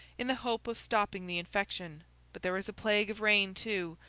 in the hope of stopping the infection but there was a plague of rain too,